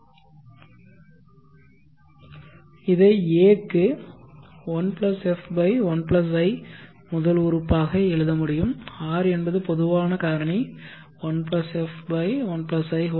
இதை a க்கு 1f1i முதல் உறுப்பாக ஆக எழுத முடியும் r என்பது பொதுவான காரணி 1 f 1in